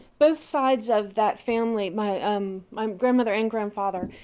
both sides of that family, my um my grandmother and grandfather,